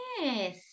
Yes